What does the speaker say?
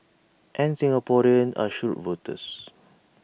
and Singaporeans are shrewd voters